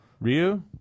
Ryu